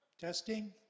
Testing